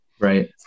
Right